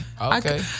okay